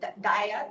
diet